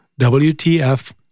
WTF